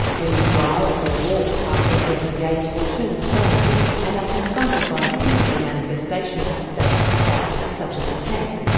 when you drive or walk past and a gate or turn a corner and are confronted by a physical manifestation of state power such as a tank.